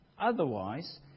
Otherwise